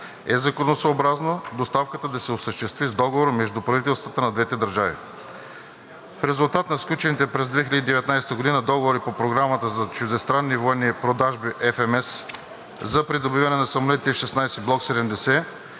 е законосъобразно доставката да се осъществи с договор между правителствата на двете държави. В резултат на сключените през 2019 г. договори по Програмата за чуждестранни военни продажби (FMS) за придобиване на самолети F-16 Block 70